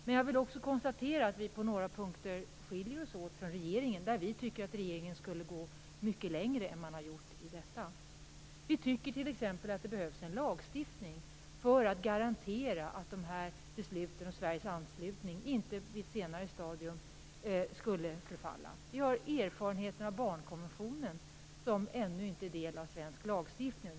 Men jag kan också konstatera att det finns några punkter där vi skiljer oss från regeringen och där vi tycker att regeringen skulle ha gått mycket längre än vad man har gjort. Vi tycker t.ex. att det behövs en lagstiftning för att garantera att besluten och Sveriges anslutning inte vid ett senare stadium förfaller. Vi har erfarenheter av barnkonventionen, som ännu inte är del av svensk lagstiftning.